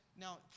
now